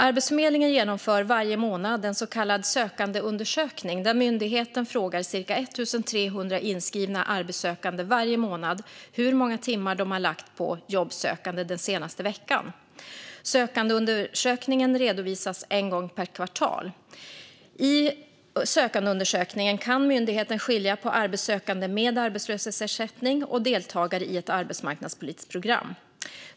Arbetsförmedlingen genomför varje månad en så kallad sökandeundersökning där myndigheten frågar cirka 1 300 inskrivna arbetssökande hur många timmar de har lagt på jobbsökande den senaste veckan. Sökandeundersökningen redovisas en gång per kvartal. I sökandeundersökningen kan myndigheten skilja på arbetssökande med arbetslöshetsersättning och deltagare i ett arbetsmarknadspolitiskt program.